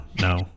no